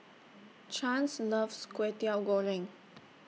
Chance loves Kway Teow Goreng